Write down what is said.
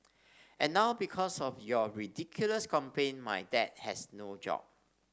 and now because of your ridiculous complaint my dad has no job